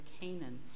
Canaan